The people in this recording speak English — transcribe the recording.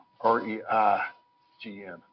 R-E-I-G-N